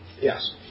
Yes